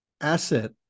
asset